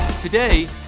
Today